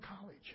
college